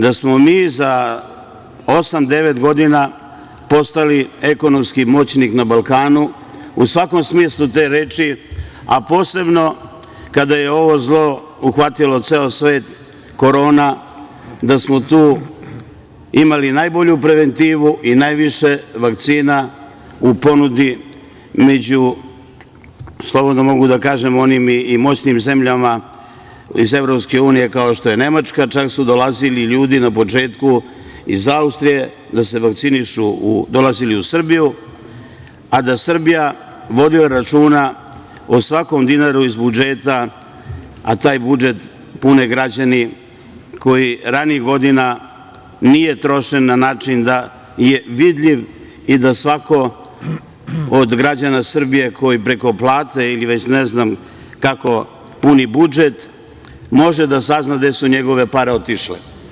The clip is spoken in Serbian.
Da smo mi za osam, devet godina postali ekonomski moćnik na Balkanu u svakom smislu te reči, a posebno kada je ovo zlo uhvatilo ceo svet, korona, da smo tu imali najbolju preventivu i najviše vakcina u ponudi među, slobodno mogu da kažem, i onim moćnim zemljama iz EU, kao što je Nemačka, čak su dolazili ljudi na početku iz Austrije da se vakcinišu, dolazili u Srbiju, a da Srbija vodi računa o svakom dinaru iz budžeta, a taj budžet pune građani, koji ranijih godina nije trošen na način da je vidljiv i da svako od građana Srbije, koji preko plate ili već ne znam kako puni budžet, može da sazna gde su njegove pare otišle.